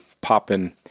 popping